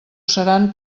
seran